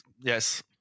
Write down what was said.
yes